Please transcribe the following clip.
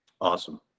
Awesome